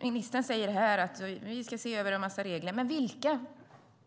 Ministern säger här att man ska se över en massa regler. Men